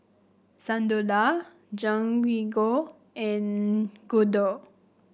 Sunderlal Jehangirr and Gouthu